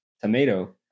tomato